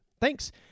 Thanks